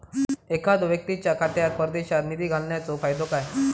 एखादो व्यक्तीच्या खात्यात परदेशात निधी घालन्याचो फायदो काय?